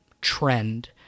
trend